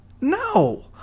No